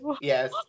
yes